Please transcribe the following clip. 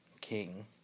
king